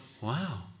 wow